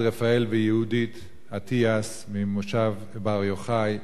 את רפאל ויהודית אטיאס ממושב בר-יוחאי,